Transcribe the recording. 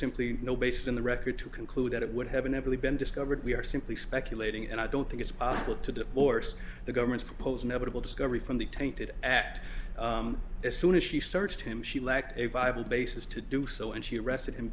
simply no basis in the record to conclude that it would have never been discovered we are simply speculating and i don't think it's possible to divorce the government's proposed inevitable discovery from the tainted act as soon as she searched him she lacked a viable basis to do so and she arrested him